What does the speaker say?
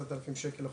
10 אלף שקל בחודש,